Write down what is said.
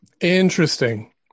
Interesting